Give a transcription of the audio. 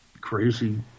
crazy